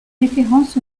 référence